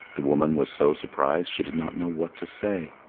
the woman was so surprised she did not know what to say.